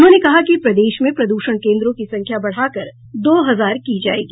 उन्होंने कहा कि प्रदेश में प्रदूषण केन्द्रों की संख्या बढ़ाकर दो हजार की जायेगी